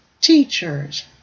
teachers